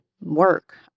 work